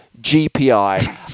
GPI